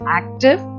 active